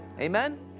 Amen